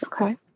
Okay